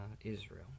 Israel